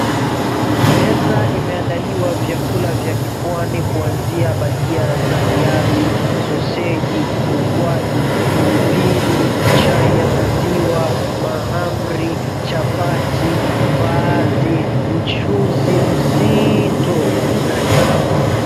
Meza imeandaliwa vyakula vya kipwani kuanzia bhajia za viazi, soseji, ukwaju, pilipili, chai ya maziwa, mahamri, chapati, mbaazi, mchuzi mzito na limau.